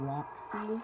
Roxy